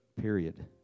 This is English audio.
period